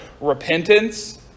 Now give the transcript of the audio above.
repentance